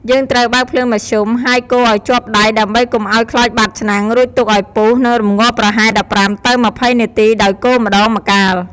យើងត្រូវបើកភ្លើងមធ្យម ហើយកូរឱ្យជាប់ដៃ ដើម្បីកុំឱ្យខ្លោចបាតឆ្នាំង រួចទុកឱ្យពុះ និងរំងាស់ប្រហែល ១៥ ទៅ ២០ នាទីដោយកូរម្ដងម្កាល។